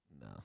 No